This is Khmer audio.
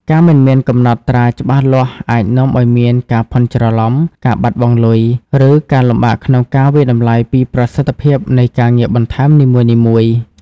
ការមិនមានកំណត់ត្រាច្បាស់លាស់អាចនាំឱ្យមានការភាន់ច្រឡំ ការបាត់បង់លុយ ឬការលំបាកក្នុងការវាយតម្លៃពីប្រសិទ្ធភាពនៃការងារបន្ថែមនីមួយៗ។